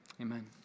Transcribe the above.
Amen